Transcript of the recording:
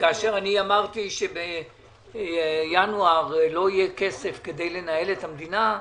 כאשר אמרתי שבינואר לא יהיה כסף כדי לנהל את המדינה,